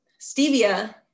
Stevia